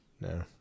No